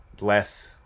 less